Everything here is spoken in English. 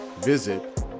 visit